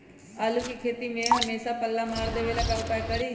आलू के खेती में हमेसा पल्ला मार देवे ला का उपाय करी?